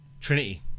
Trinity